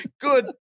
good